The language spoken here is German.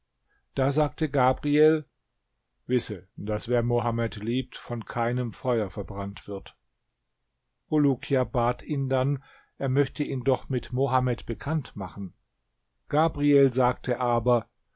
da sagte gabriel wisse daß wer mohammed liebt von keinem feuer verbrannt wird bulukia bat ihn dann er möchte ihn doch mit mohammed bekannt machen gabriel sagte aber